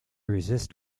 resist